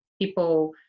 people